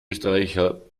österreicher